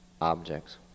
objects